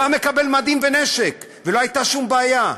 הוא היה מקבל מדים ונשק ולא הייתה שום בעיה,